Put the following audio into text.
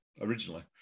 originally